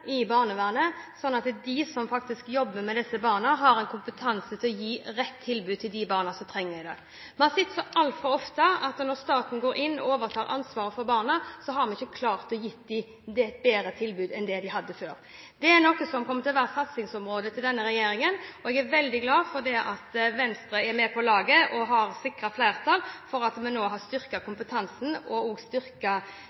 i barnevernet, slik at de som faktisk jobber med disse barna, har kompetanse til å gi rett tilbud til de barna som trenger det. Vi har sett så altfor ofte at når staten går inn og overtar ansvaret for barna, har vi ikke klart å gi dem et bedre tilbud enn det de hadde før. Det er noe som kommer til å være satsingsområdet til denne regjeringen, og jeg er veldig glad for at Venstre er med på laget og har sikret flertall for at vi nå har